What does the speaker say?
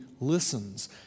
listens